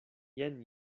jen